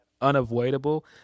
Unavoidable